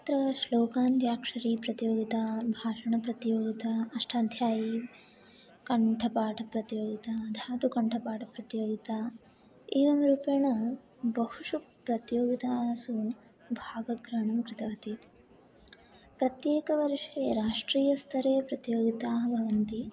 तत्र श्लोकान्त्याक्षरीप्रतियोगिता भाषणप्रतियोगिता अष्टाध्यायीकण्ठपाठप्रतियोगिता धातुकण्ठपाठप्रतियोगिता एवं रूपेण बहुषु प्रतियोगितासु भागग्रहणं कृतवती प्रत्येकवर्षे राष्ट्रीयस्तरे प्रतियोगिताः भवन्ति